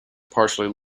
partially